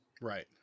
Right